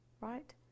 Right